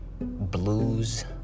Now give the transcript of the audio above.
blues